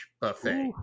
buffet